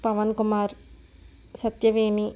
Pavan Kumar Satyaveni